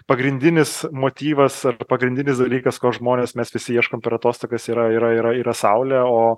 pagrindinis motyvas ar pagrindinis dalykas ko žmonės mes visi ieškom per atostogas yra yra yra yra saulė o